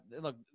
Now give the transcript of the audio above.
look